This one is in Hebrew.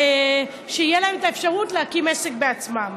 שתהיה להן את האפשרות להקים עסק בעצמן.